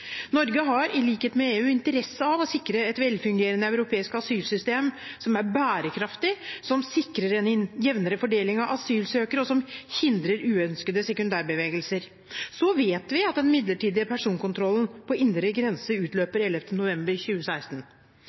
Norge har i likhet med EU interesse av å sikre et velfungerende europeisk asylsystem, som er bærekraftig, som sikrer en jevnere fordeling av asylsøkere, og som hindrer uønskede sekundærbevegelser. Så vet vi at den midlertidige personkontrollen på indre grense utløper 11. november 2016.